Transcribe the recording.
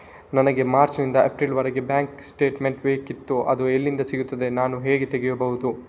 ನನಗೆ ಮಾರ್ಚ್ ನಿಂದ ಏಪ್ರಿಲ್ ವರೆಗೆ ಬ್ಯಾಂಕ್ ಸ್ಟೇಟ್ಮೆಂಟ್ ಬೇಕಿತ್ತು ಅದು ಎಲ್ಲಿಂದ ಸಿಗುತ್ತದೆ ನಾನು ಹೇಗೆ ತೆಗೆಯಬೇಕು?